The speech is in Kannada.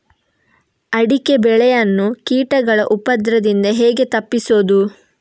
ಅಡಿಕೆ ಬೆಳೆಯನ್ನು ಕೀಟಗಳ ಉಪದ್ರದಿಂದ ಹೇಗೆ ತಪ್ಪಿಸೋದು?